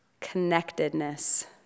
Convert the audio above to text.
connectedness